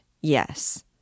yes